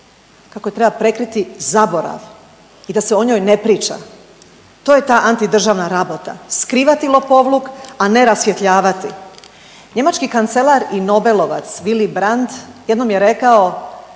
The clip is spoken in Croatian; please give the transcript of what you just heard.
kako je treba prekriti, zaborav i da se o njoj ne priča. To je ta antidržavna rabota, skrivati lopovluk, a ne rasvjetljavati. Njemački kancelar i nobelovac Willy Brandt jednom je rekao